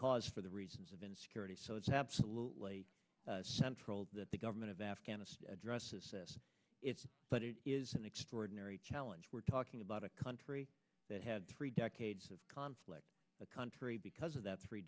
cause for the reasons of insecurity so it's absolutely central that the government of afghanistan addressed it but it is an extraordinary challenge we're talking about a country that had three decades of conflict a country because of that three